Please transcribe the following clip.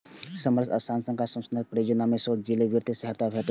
सबसं आशाजनक अनुसंधान परियोजना कें शोध लेल वित्तीय सहायता भेटै छै